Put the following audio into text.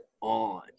on